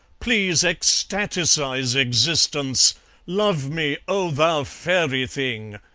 please ecstaticize existence, love me, oh, thou fairy thing!